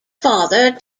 father